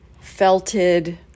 felted